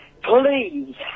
Please